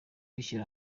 gushyira